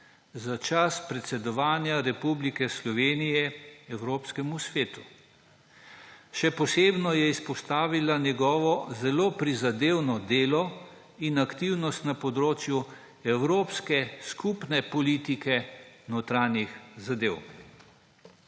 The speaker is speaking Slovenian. za čas predsedovanja Republike Slovenije Evropskemu svetu. Še posebej je izpostavila njegovo zelo prizadevno delo in aktivnost na področju evropske skupne politike notranjih zadev.